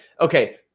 okay